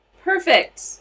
Perfect